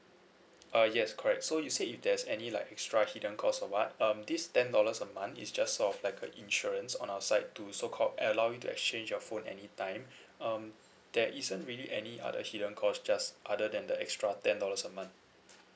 uh yes correct so you said if there's any like extra hidden cost or what um this ten dollars a month is just sort of like a insurance on our side to so called allow you to exchange your phone anytime um there isn't really any other hidden cost just other than the extra ten dollars a month